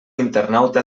internauta